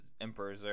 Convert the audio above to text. Emperor